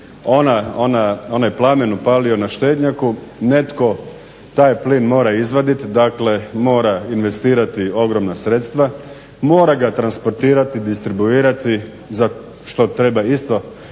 onaj plamen upalio na štednjaku netko taj plin mora izvaditi dakle mora investirati ogromna sredstva, mora ga transportirati, distribuirati, za što treba isto izgraditi